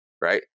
right